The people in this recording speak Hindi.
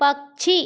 पक्षी